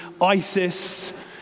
ISIS